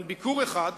אבל ביקור אחד,